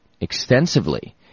extensively